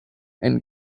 and